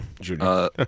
Junior